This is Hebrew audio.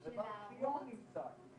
המלון עוד לא יודעים